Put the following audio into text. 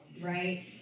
right